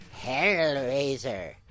Hellraiser